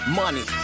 money